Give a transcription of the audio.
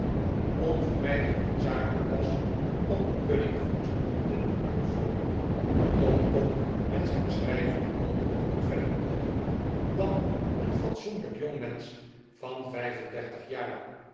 onvermijdelijk noodzakelijk was om den pudding goed te doen uitvallen tom kon met zijn schrijven onmogelijk verder komen dan een fatsoenlijk jongmensch van vijf en dertig jaar